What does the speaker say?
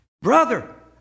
brother